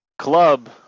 Club